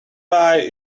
pie